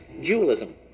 dualism